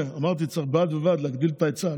וגם אמרתי שבד בבד להגדיל את ההיצע,